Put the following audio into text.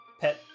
pet